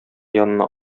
янына